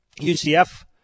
UCF